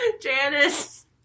Janice